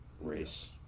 race